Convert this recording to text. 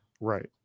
Right